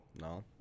no